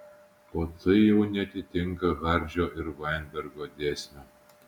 o tai jau neatitinka hardžio ir vainbergo dėsnio